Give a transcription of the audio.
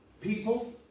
People